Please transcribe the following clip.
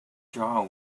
jaw